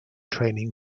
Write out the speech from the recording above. training